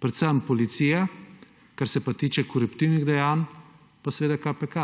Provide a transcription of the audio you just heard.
predvsem policija, kar se pa tiče koruptivnih dejanj pa seveda KPK.